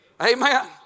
amen